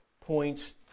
points